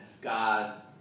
God